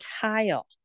tile